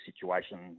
situation